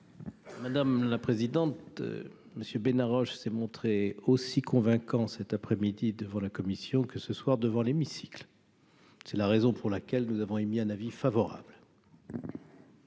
Madame la présidente, monsieur ben arrogent s'est montré aussi convaincant cet après-midi devant la commission que ce soir devant l'hémicycle, c'est la raison pour laquelle nous avons émis un avis favorable.